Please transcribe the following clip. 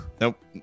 Nope